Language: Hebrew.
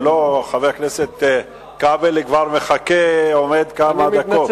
אם לא, חבר הכנסת כבל כבר מחכה, עומד כמה דקות.